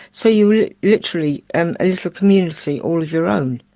so you're literally and a little community all of your own.